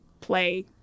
play